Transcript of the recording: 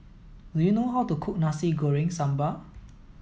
do you know how to cook Nasi Goreng Sambal